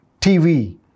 TV